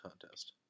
contest